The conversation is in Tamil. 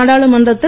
நாடாளுமன்றத்தில்